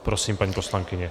Prosím, paní poslankyně.